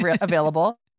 available